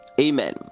amen